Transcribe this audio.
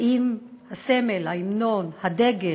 האם הסמל, ההמנון, הדגל,